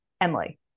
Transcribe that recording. Emily